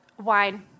wine